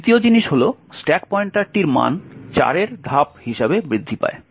দ্বিতীয় জিনিস হল স্ট্যাক পয়েন্টারটির মান 4 এর ধাপ হিসাবে বৃদ্ধি পায়